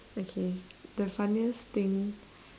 okay the funniest thing